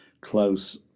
close